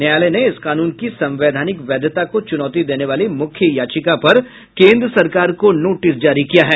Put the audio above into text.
न्यायालय ने इस कानून की संवैधानिक वैधता को चूनौती देने वाली मुख्य याचिका पर केन्द्र सरकार को नोटिस जारी किया है